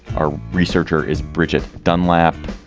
our researcher is bridget dunlap.